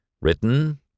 Written